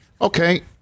Okay